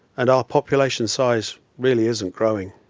and our population size really isn't growing.